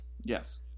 Yes